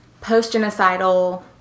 post-genocidal